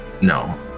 No